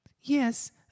Yes